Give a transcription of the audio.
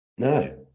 No